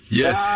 yes